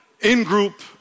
In-group